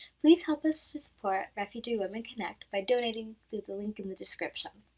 please help us support refugee women connect by donating through the link in the description.